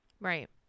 Right